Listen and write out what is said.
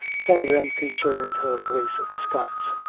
some of them con cerned her grace of the scots.